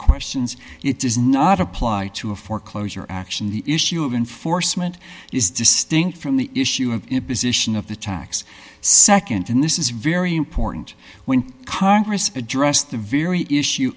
questions it does not apply to a foreclosure action the issue of enforcement is distinct from the issue of imposition of the tax nd in this is very important when congress address the very issue